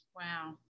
Wow